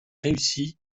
réussie